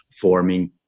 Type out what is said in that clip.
forming